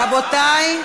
רבותי,